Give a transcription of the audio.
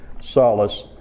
solace